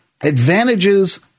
advantages